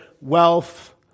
wealth